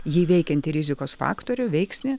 jį veikiantį rizikos faktorių veiksnį